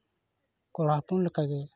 ᱠᱚᱲᱟ ᱦᱚᱯᱚᱱ ᱞᱮᱠᱟᱜᱮ